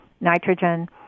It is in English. nitrogen